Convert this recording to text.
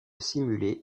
simuler